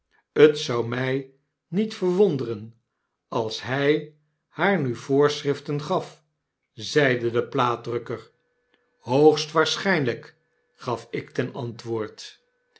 t zou mij niet verwonderen als hij haar nu voorschriften gaf zeide de plaatdrukker mopes de kluizenaar hoogst waarschijnlyk gaf ik ten antwoord